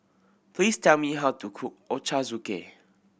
please tell me how to cook Ochazuke